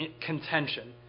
contention